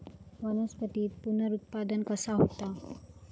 वनस्पतीत पुनरुत्पादन कसा होता?